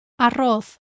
Arroz